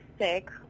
sick